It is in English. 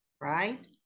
right